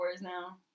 now